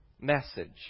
message